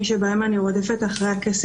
גם במענה למה שתיארה חברת הכנסת,